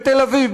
בתל-אביב,